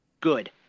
Good